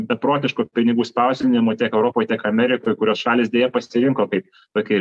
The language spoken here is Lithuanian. beprotiško pinigų spausdinimo tiek europoj tiek amerikoj kurios šalys deja pasirinko kaip tokį